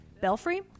Belfry